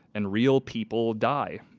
and real people die,